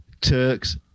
Turks